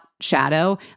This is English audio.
shadow